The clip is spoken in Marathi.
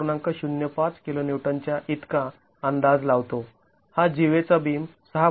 ०५ kN च्या इतका अंदाज लावतो हा जीवेचा बीम ६